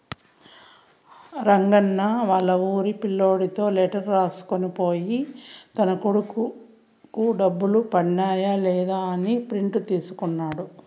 రంగన్న వాళ్లూరి పిల్లోనితో లెటర్ రాసుకొని పోయి తన కొడుకు డబ్బులు పన్నాయ లేదా అని ప్రింట్ తీసుకున్నాడు